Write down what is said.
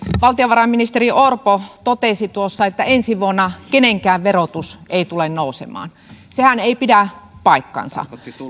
valtiovarainministeri orpo totesi että ensi vuonna kenenkään verotus ei tule nousemaan sehän ei pidä paikkaansa